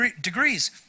degrees